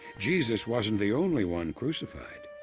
jesus wasn't the only one crucified.